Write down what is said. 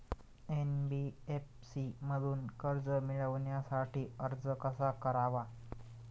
NBFC मधून कर्ज मिळवण्यासाठी अर्ज कसा करावा?